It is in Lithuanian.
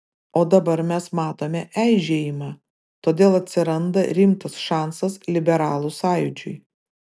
o dabar mes matome eižėjimą todėl atsiranda rimtas šansas liberalų sąjūdžiui